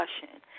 discussion